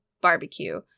Barbecue